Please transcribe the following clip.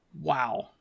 Wow